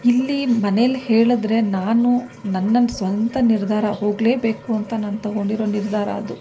ಇಲ್ಲಿ ಮನೇಲಿ ಹೇಳಿದರೆ ನಾನು ನನ್ನ ಸ್ವಂತ ನಿರ್ಧಾರ ಹೋಗಲೇಬೇಕು ಅಂತ ನಾನು ತೊಗೊಂಡಿರೋ ನಿರ್ಧಾರ ಅದು